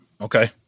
Okay